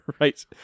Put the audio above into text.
right